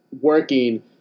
working